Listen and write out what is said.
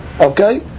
Okay